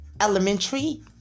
Elementary